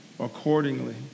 accordingly